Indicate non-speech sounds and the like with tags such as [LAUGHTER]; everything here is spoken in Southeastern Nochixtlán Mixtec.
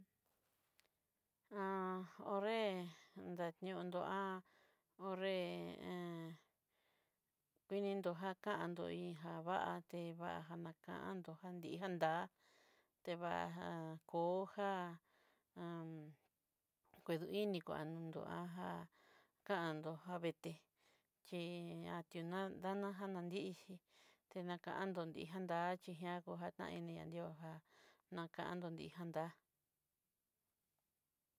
[HESITATION] ho'nré dañondó [HESITATION] 'nré [HESITATION] inindó jakandó iin já vatée te vaja nakandó jandíí jata'a tevaja'a, kojá [HESITATION] uduininguan [HESITATION] kando javeté xhíi ationán janá ndixhí tenakandodí kandá xhi'á jojataini ña diója nakandó dii já tá'a.